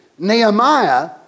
Nehemiah